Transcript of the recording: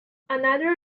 another